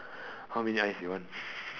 how many eyes you want